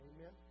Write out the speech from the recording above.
Amen